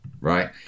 right